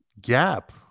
gap